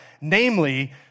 namely